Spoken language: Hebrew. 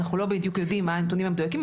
אז אנחנו לא בדיוק יודעים מה הנתונים המדויקים,